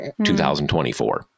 2024